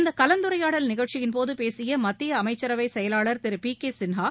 இந்த கலந்துரையாடல் நிகழ்ச்சியின்போது பேசிய மத்திய அமைச்சரவை செயவாளர் திரு பி கே சின்ஹா